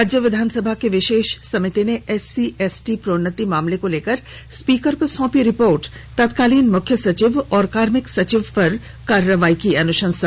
राज्य विधानसभा की विशेष समिति ने एससी एसटी प्रोन्नति मामले को लेकर स्पीकर को सौंपी रिपोर्ट तत्कालीन मुख्य सचिव और कार्मिक सचिव पर कार्रवाई की अनुशंसा